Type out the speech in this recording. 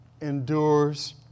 endures